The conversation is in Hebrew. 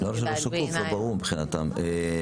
לא שקוף זה ברור מבחינתם.